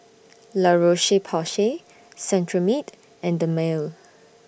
La Roche Porsay Cetrimide and Dermale